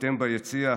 אתם ביציע,